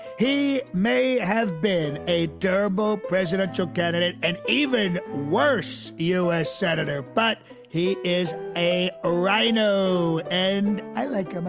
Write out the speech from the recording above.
he may have been a terrible presidential candidate, an even worse u s. senator, but he is a a rhino. and i like ah the